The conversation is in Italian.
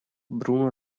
bruno